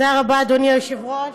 תודה רבה, אדוני היושב-ראש,